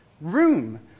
room